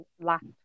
last